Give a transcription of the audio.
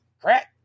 crack